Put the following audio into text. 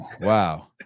wow